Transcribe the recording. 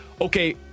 okay